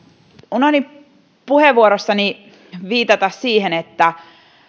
unohdin puheenvuorossani viitata siihen että